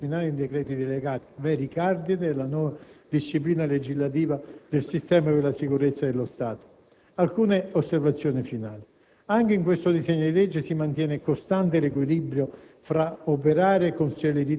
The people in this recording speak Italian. a molti decreti delegati l'attuazione delle norme di principio e di organizzazione e funzionamento dei vari organi del sistema di sicurezza. La scelta è doverosa per la delicatezza degli argomenti, ma mi piace ricordare che in Commissione è stato unanime l'orientamento